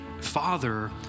father